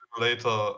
later